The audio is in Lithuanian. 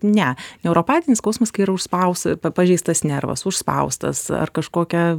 ne neuropatinis skausmas kai yra užspaus pa pažeistas nervas užspaustas ar kažkokia